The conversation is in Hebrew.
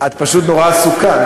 את פשוט נורא עסוקה.